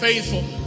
Faithful